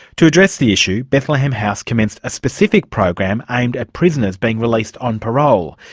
to address the issue, bethlehem house commenced a specific program aimed at prisoners being released on parole.